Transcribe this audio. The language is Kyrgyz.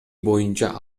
боюнча